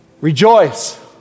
Rejoice